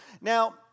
Now